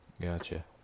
Gotcha